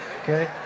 Okay